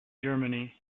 germany